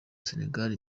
senegal